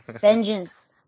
Vengeance